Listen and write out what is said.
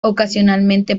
ocasionalmente